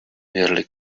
nearly